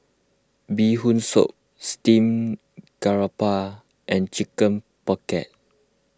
Bee Hoon Soup Steamed Garoupa and Chicken Pocket